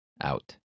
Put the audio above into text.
out